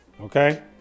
Okay